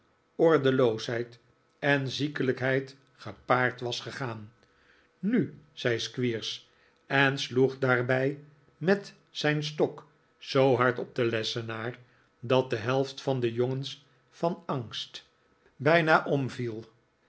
ordeloosheid en ziekelijkheid gepaard was gegaan nu zei squeers en sloeg daarbij met zijn stok zoo hard op den lessenaar dat de helft van de jongens van angst bijna omviel